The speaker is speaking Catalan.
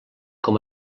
com